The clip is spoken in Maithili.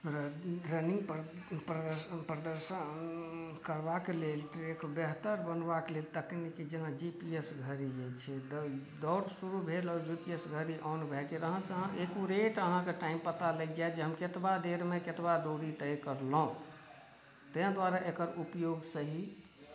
रनिंग प्रदर्शन करबाक लेल ट्रैक बेहतर बनबाक लेल तकनीक जेना जीपीएस घड़ी होइ छै तऽ दौड़ शुरू भेल और जीपीएस घड़ी ऑन भए गेल एकूरेट अहाँकेँ टाइम पता लागि जायत जे हम कतबा देरमे कतबा दूरी तय करलहुॅं ताहि दुआरे एकर उपयोग सही